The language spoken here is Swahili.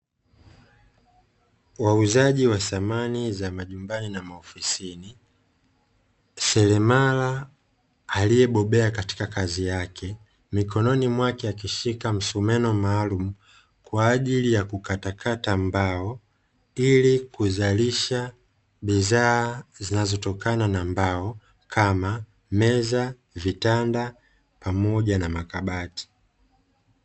Wauzaji wa samani za majumbani na maofisini, seremala aliyebobea katika kazi yake mikononi mwake akishika msumeno maalumu kwa ajili ya kukatakata mbao, ili kuzalisha bidhaa zinazotokana na mbao kama meza, vitanda pamoja na makabati.